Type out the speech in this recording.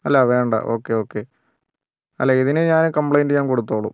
അല്ല വേണ്ട okay okay അല്ല ഇതിനി ഞാൻ കംപ്ലയിൻറ്റ് ചെയ്യാൻ കൊടുത്തോളും